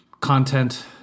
content